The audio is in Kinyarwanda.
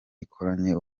ikoranye